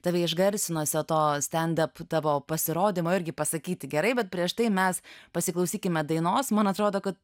tave išgarsinusio to stendap tavo pasirodymo irgi pasakyti gerai bet prieš tai mes pasiklausykime dainos man atrodo kad